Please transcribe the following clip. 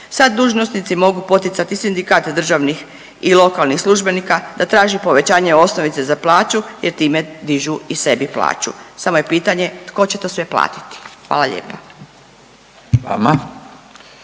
Sad dužnosnici mogu poticati sindikate državnih i lokalnih službenika da traži povećanje osnovice za plaću jer time dižu i sebi plaću. Samo je pitanje tko će to sve platiti? Hvala lijepa.